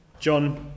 John